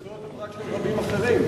וזכויות הפרט של רבים אחרים.